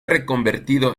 reconvertido